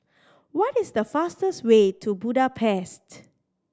what is the fastest way to Budapest